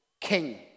king